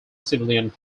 civilian